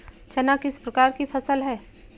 चना किस प्रकार की फसल है?